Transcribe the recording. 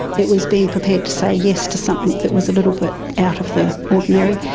it was being prepared to say yes to something that was a little bit out of the ordinary,